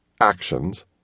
actions